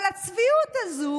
אבל הצביעות הזאת